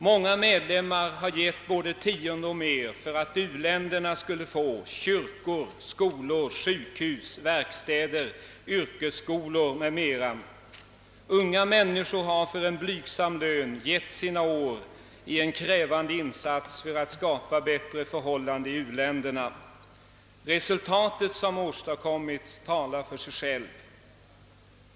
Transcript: Många medlemmar har lämnat både tionde och mer för att u-länderna skulle få kyrkor, skolor, sjukhus, verkstäder, yrkesskolor m.m. Unga människor har för en blygsam lön givit sina bästa år i ett krävande arbete för att skapa bättre förhållanden i u-länderna. Resultaten som åstadkommits talar för sig själva.